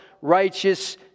righteous